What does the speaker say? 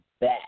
back